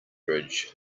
bridge